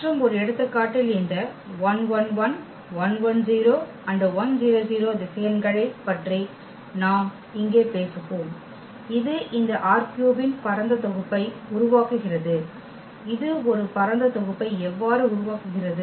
மற்றும் ஒரு எடுத்துக்காட்டில் இந்த திசையன்களைப் பற்றி நாம் இங்கே பேசுவோம் இது இந்த ℝ3 இன் பரந்த தொகுப்பை உருவாக்குகிறது இது ஒரு பரந்த தொகுப்பை எவ்வாறு உருவாக்குகிறது